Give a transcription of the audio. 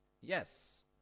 Yes